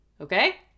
okay